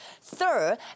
Third